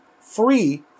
free